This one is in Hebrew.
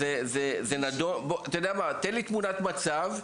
תן לי תמונת מצב,